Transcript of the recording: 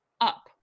up